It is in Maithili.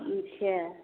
अच्छा